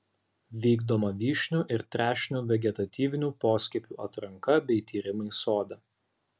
vykdoma vyšnių ir trešnių vegetatyvinių poskiepių atranka bei tyrimai sode